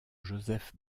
joseph